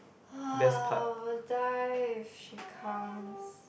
!wah! I will die if she comes